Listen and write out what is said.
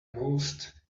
most